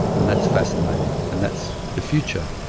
and that's fascinating, and that's the future.